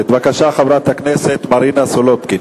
והוועדה תדון בכל אותם דברים שחבר הכנסת לוין עסק בהם.